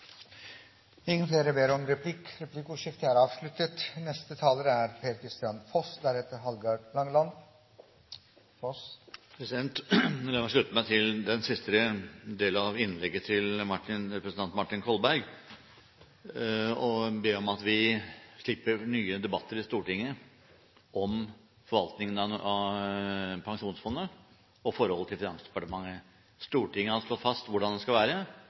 Replikkordskiftet er avsluttet. La meg slutte meg til den siste del av innlegget til representanten Martin Kolberg og be om at vi slipper nye debatter i Stortinget om forvaltningen av pensjonsfondet og forholdet til Finansdepartementet. Stortinget har slått fast hvordan det skal være,